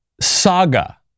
saga